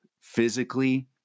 physically